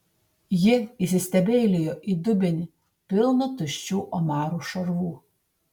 ji įsistebeilijo į dubenį pilną tuščių omarų šarvų